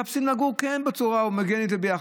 מחפשים לגור בצורה הומוגנית וביחד,